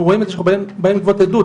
אנחנו רואים את זה שאנחנו באים לגבות עדות,